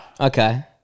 Okay